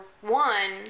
one